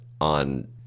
on